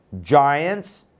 giants